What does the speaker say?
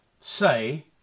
say